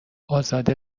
ازاده